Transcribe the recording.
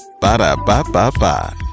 Ba-da-ba-ba-ba